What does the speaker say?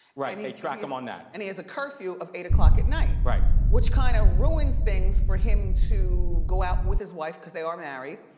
right, and they track him on that. and he has a curfew of eight o'clock at night, right. which kinda kind of ruins things for him to go out with his wife, cause they are married,